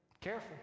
careful